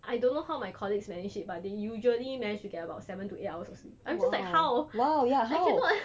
I don't know how my colleagues manage it but they usually managed to get about seven to eight hours sleep I'm just like how I cannot